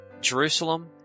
Jerusalem